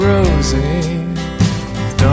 Rosie